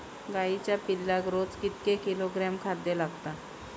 गाईच्या पिल्लाक रोज कितके किलोग्रॅम खाद्य लागता?